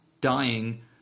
dying